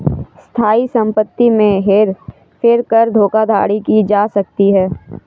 स्थायी संपत्ति में हेर फेर कर धोखाधड़ी की जा सकती है